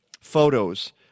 photos